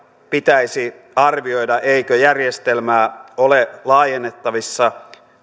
että pitäisi arvioida eikö järjestelmää ole laajennettavissa